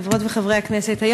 חברות וחברי הכנסת,